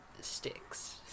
sticks